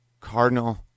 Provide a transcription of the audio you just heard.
Cardinal